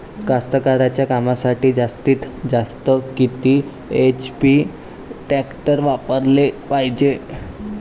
कास्तकारीच्या कामासाठी जास्तीत जास्त किती एच.पी टॅक्टर वापराले पायजे?